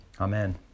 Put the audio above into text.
Amen